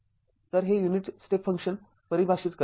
तरहे unit step function परिभाषित करेल